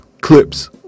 Clips